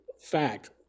Fact